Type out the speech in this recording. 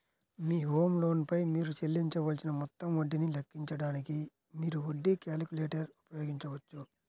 మీ home loan పై మీరు చెల్లించవలసిన మొత్తం వడ్డీని లెక్కించడానికి, మీరు వడ్డీ క్యాలిక్యులేటర్ ఉపయోగించవచ్చు